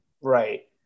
Right